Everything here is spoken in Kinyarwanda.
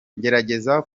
ngerageza